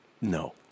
no